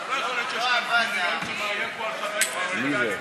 אבל לא יכול להיות, מאיים פה על חבר כנסת, מי זה?